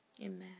amen